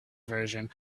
version